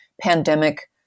pandemic